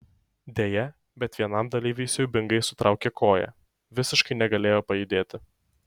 deja bet vienam dalyviui siaubingai sutraukė koją visiškai negalėjo pajudėti